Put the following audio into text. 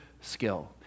skill